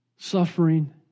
Suffering